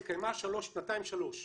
התקיימה שנתיים-שלוש,